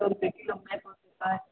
दू सए रुपैए किलो नहि पोसेतै